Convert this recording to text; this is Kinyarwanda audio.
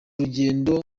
rugendo